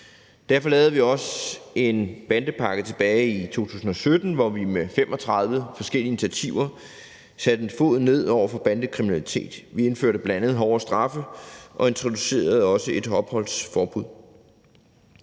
Derfor lavede vi også en bandepakke tilbage i 2017, hvor vi med 35 forskellige initiativer satte en fod ned over for bandekriminalitet. Vi indførte bl.a. hårdere straffe og introducerede også et opholdsforbud.